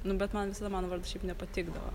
nu bet man visada mano vardas šiaip nepatikdavo